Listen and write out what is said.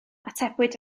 atebwyd